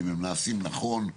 אם הם נעשים נכון,